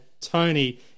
Tony